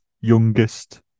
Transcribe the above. youngest